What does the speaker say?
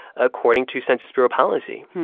according to census bureau policy.